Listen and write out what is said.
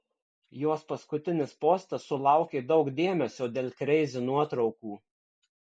jos paskutinis postas sulaukė daug dėmesio dėl kreizi nuotraukų